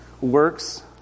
Works